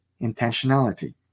intentionality